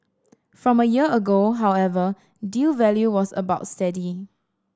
from a year ago however deal value was about steady